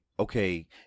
okay